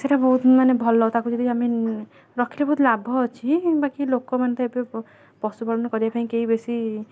ସେଇଟା ବହୁତ ମାନେ ଭଲ ତାକୁ ଯଦି ଆମେ ରଖିଲେ ବହୁତ ଲାଭ ଅଛି ବାକି ଲୋକ ମାନେ ତ ଏବେ ପଶୁ ପାଳନ କରିବା ପାଇଁ କେହି ବେଶୀ